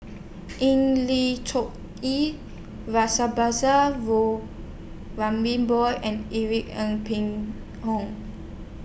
Eng Lee E boy and Irene Ng Phek Hoong